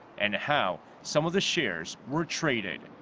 and how some of the shares were traded.